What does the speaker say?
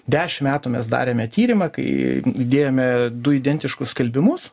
dešim metų mes darėme tyrimą kai įdėjome du identiškus skelbimus